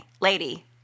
Lady